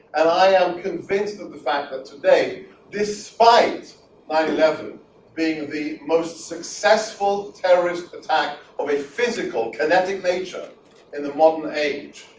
and i am convinced of the fact that today despite nine eleven being the most successful terrorist attack of a physical kinetic nature in and the modern age,